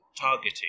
targeting